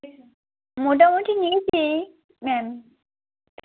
মোটামুটি নিয়েছি ম্যাম